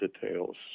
details